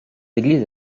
églises